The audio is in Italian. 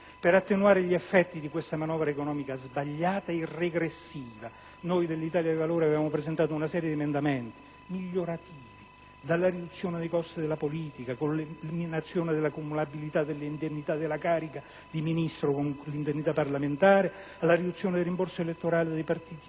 Per attenuare gli effetti di una manovra economica sbagliata e regressiva, noi dell'Italia dei Valori avevamo presentato una serie di emendamenti migliorativi: dalla riduzione dei costi della politica, con l'eliminazione della cumulabilità dell'indennità della carica di ministro con l'indennità parlamentare, alla riduzione dei rimborsi elettorali dei partiti